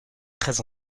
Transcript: très